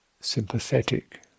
sympathetic